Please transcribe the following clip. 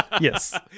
yes